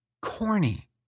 corny